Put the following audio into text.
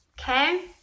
Okay